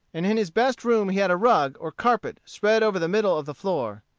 and in his best room he had a rug or carpet spread over the middle of the floor.